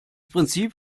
prinzip